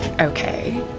Okay